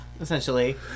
Essentially